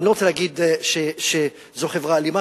ואני לא רוצה להגיד שזו חברה אלימה,